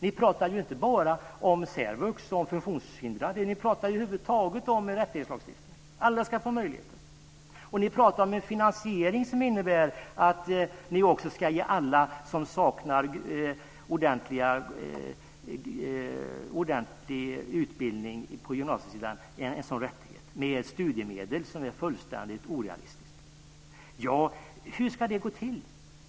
Ni pratar inte bara om särvux och funktionshindrade, utan ni pratar över huvud taget om rättighetslagstiftning: Alla ska få möjligheter. Ni pratar om en finansiering som innebär att ni ska ge alla som saknar ordentlig utbildning på gymnasiesidan en sådan rättighet med studiemedel som är fullständigt orealistisk.